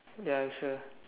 ya sure